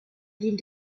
ville